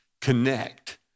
connect